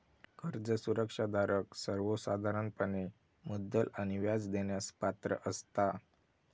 कर्ज सुरक्षा धारक सर्वोसाधारणपणे मुद्दल आणि व्याज देण्यास पात्र असता